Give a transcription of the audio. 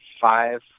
Five